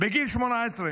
בגיל 18,